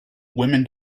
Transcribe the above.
women